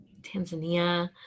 Tanzania